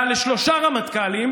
כדי להסיר את האיום הברברי,